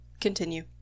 Continue